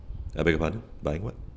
I beg your pardon buying what